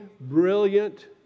brilliant